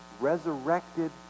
resurrected